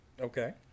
Okay